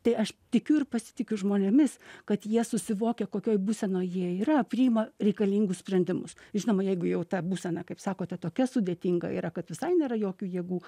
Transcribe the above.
tai aš tikiu ir pasitikiu žmonėmis kad jie susivokia kokioj būsenoj jie yra priima reikalingus sprendimus žinoma jeigu jau ta būsena kaip sakote tokia sudėtinga yra kad visai nėra jokių jėgų